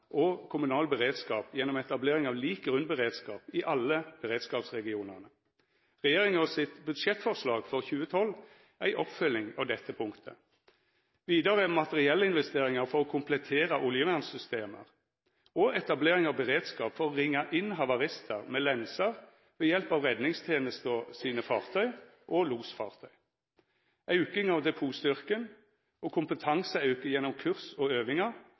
og kommunal beredskap gjennom etablering av lik grunnberedskap i alle beredskapsregionane. Regjeringa sitt budsjettforslag for 2012 er ei oppfølging av dette punktet. materiellinvesteringar for å komplettera oljevernsystem etablering av beredskap for å ringa inn havaristar med lenser ved hjelp av redningstenesta sine fartøy og losfartøy auking av depotstyrken kompetanseauke gjennom kurs og øvingar